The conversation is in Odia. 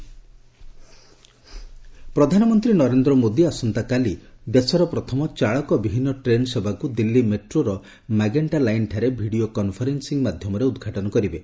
ଡ୍ରାଇଭର୍ଲେସ୍ ଟ୍ରେନ୍ ପ୍ରଧାନମନ୍ତ୍ରୀ ନରେନ୍ଦ୍ର ମୋଦୀ ଆସନ୍ତାକାଲି ଦେଶର ପ୍ରଥମ ଚାଳକ ବିହୀନ ଟ୍ରେନ୍ସେବାକୁ ଦିଲ୍ଲୀ ମେଟ୍ରୋର ମାଗେଣ୍ଟା ଲାଇନ୍ଠାରେ ଭିଡ଼ିଓ କନ୍ଫରେନ୍ସିଂ ମାଧ୍ୟମରେ ଉଦ୍ଘାଟନ କରିବେ